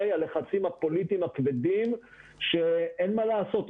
הלחצים הפוליטיים הכבדים שאין מה לעשות,